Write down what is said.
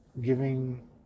giving